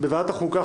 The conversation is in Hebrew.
בוועדת החוקה,